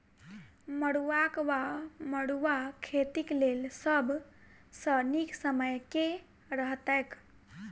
मरुआक वा मड़ुआ खेतीक लेल सब सऽ नीक समय केँ रहतैक?